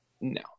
No